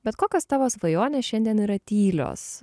bet kokios tavo svajonės šiandien yra tylios